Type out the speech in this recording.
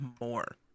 more